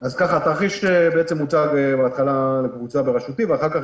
אז ככה התרחיש הוצג בהתחלה לקבוצה בראשותי ואחר כך,